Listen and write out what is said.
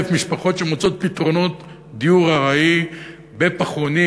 משפחות שמוצאות פתרונות דיור ארעי בפחונים,